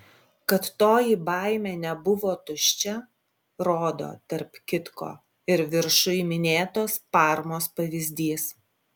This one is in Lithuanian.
kad toji baimė nebuvo tuščia rodo tarp kitko ir viršuj minėtos parmos pavyzdys